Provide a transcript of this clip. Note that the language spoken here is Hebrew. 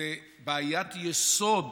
זאת בעיית יסוד